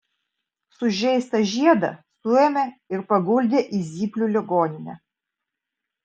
sužeistą žiedą suėmė ir paguldė į zyplių ligoninę